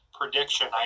prediction